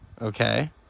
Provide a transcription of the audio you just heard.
Okay